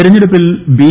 തെരഞ്ഞെടുപ്പിൽ ബി